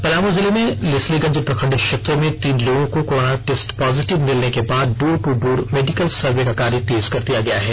पलामू जिले में लेस्लीगंज प्रखंड क्षेत्र में तीन लोगों को कोरोना टेस्ट पॉजिटिव मिलने के बाद door to door medical survey का कार्य तेज कर दिया गया है